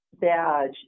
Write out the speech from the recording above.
badge